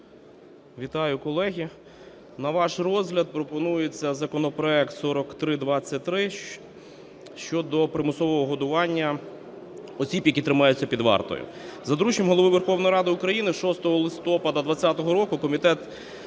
Вітаю, колеги! На ваш розгляд пропонується законопроект 4323 щодо примусового годування осіб, які тримаються під вартою. За дорученням Голови Верховної Ради України 6 листопада 2020 року Комітет